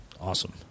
Awesome